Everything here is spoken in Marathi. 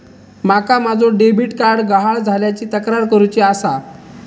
माका माझो डेबिट कार्ड गहाळ झाल्याची तक्रार करुची आसा